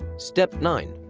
step nine.